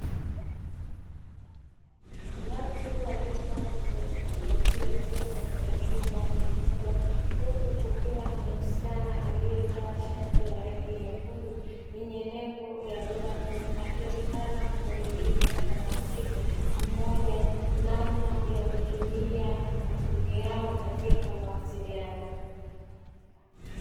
Watu wa rika tofautitofauti, wakiwa katika chumba kimoja huku kukiwa na msichana aliyevaa shati ya rangi nyekundu; yenye nembo ya ''Vodacom'', akionekana kumuelekeza mwanamke mmoja namna ya kutumia kampuni yao katika mawasiliano.